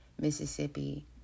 Mississippi